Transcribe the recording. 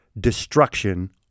destruction